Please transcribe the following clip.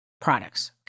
products